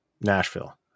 Nashville